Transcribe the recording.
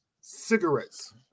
cigarettes